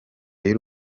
y’u